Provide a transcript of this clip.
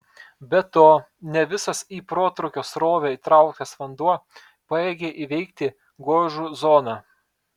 be to ne visas į protrūkio srovę įtrauktas vanduo pajėgia įveikti gožų zoną